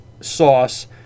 sauce